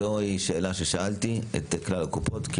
זוהי שאלה ששאלתי את כלל הקופות.